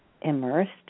immersed